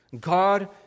God